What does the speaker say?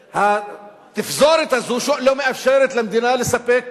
שהתפזורת הזאת לא מאפשרת למדינה לספק